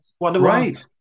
Right